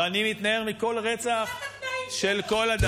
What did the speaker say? ואני מתנער מכל רצח של כל אדם.